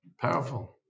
powerful